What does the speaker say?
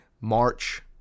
March